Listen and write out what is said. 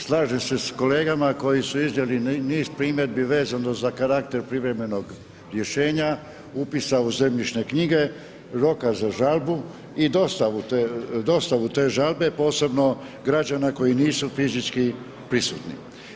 Slažem se sa kolegama koji su izveli niz primjedbi vezano za karakter privremenog rješenja, upisa u zemljišne knjige, roka za žalbu i dostavu te žalbe, posebno građana koji nisu fizički prisutni.